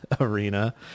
arena